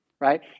right